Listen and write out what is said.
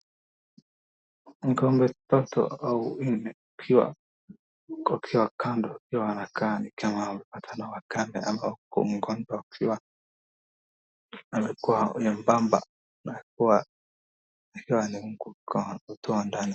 Ng'ombe tatu au nne wakiwa kando, wakiwa wanakaa nikama wanapatwa na wagonjwa wakiwa walikuwa nyembamba wakiwa wametoa ndani.